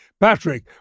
Patrick